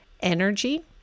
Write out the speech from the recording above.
energy